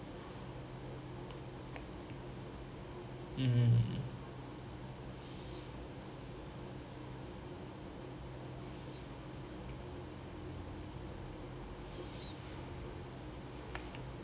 mmhmm